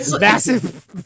massive